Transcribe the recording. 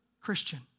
Christian